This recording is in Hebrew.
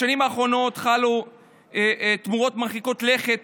בשנים האחרונות חלו תמורות מרחיקות לכת